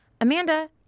Amanda